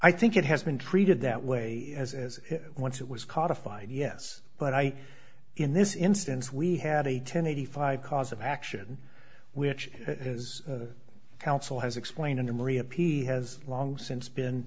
i think it has been treated that way as as once it was codified yes but i in this instance we had a ten eighty five cause of action which his counsel has explained under maria p has long since been